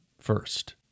first